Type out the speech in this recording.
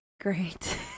Great